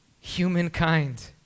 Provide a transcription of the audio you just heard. humankind